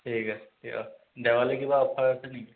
ঠিক আছে দিয়ক দেৱালী কিবা অফাৰ আছে নেকি